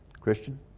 Christian